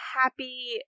happy